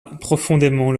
profondément